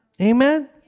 Amen